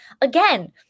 again